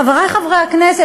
חברי חברי הכנסת,